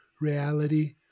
reality